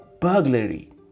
burglary